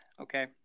okay